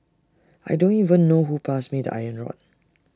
I don't even know who passed me the iron rod